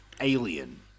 Alien